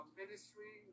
ministry